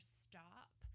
stop